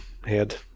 head